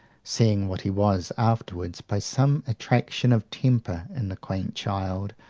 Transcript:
seeing what he was afterwards, by some attraction of temper in the quaint child,